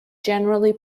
generally